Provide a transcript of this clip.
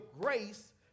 grace